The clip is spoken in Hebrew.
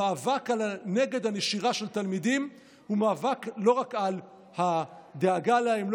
המאבק נגד נשירה של התלמידים הוא לא רק מאבק על הדאגה להם,